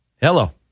Hello